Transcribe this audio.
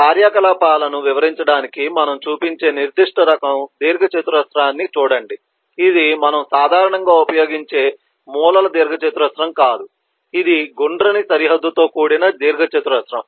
కార్యకలాపాలను వివరించడానికి మనము చూపించే నిర్దిష్ట రకం దీర్ఘచతురస్రాన్ని చూడండి ఇది మనము సాధారణంగా ఉపయోగించే మూలల దీర్ఘచతురస్రం కాదు ఇది గుండ్రని సరిహద్దుతో కూడిన దీర్ఘచతురస్రం